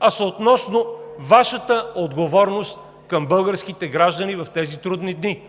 а са относно Вашата отговорност към българските граждани в тези трудни дни,